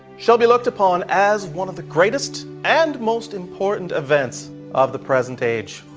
shall be looked upon as one of the greatest and most important events of the present age.